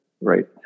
right